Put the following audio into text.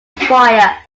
fire